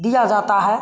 दिया जाता है